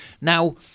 Now